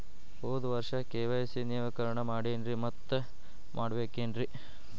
ಹೋದ ವರ್ಷ ಕೆ.ವೈ.ಸಿ ನವೇಕರಣ ಮಾಡೇನ್ರಿ ಮತ್ತ ಮಾಡ್ಬೇಕೇನ್ರಿ?